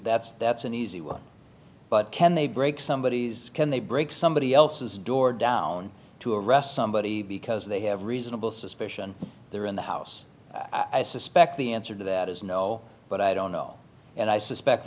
that's that's an easy one but can they break somebodies can they break somebody else's door down to arrest somebody because they have reasonable suspicion they're in the house i suspect the answer to that is no but i don't know and i suspect